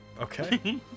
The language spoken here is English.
Okay